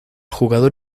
jugador